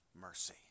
mercy